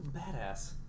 badass